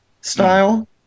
style